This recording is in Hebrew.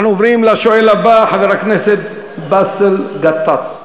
אנחנו עוברים לשואל הבא, חבר הכנסת גטאס באסל.